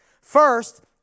First